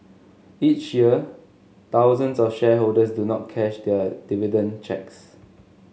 each year thousands of shareholders do not cash their dividend cheques